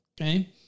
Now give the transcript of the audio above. Okay